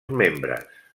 membres